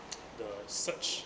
the search